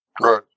Right